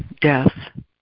death